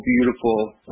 beautiful